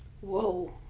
Whoa